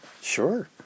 Sure